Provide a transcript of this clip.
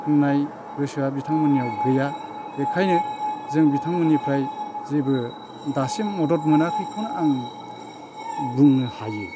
होननाय गोसोआ बिथांमोननियाव गैया बेनिखायनो जों बिथांमोननिफ्राय जेबो दासिम मदद मोनाखैखौनो आं बुंनो हायो